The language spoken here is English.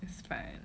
spine